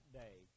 day